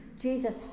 Jesus